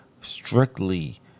strictly